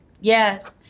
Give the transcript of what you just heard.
Yes